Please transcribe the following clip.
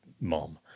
mom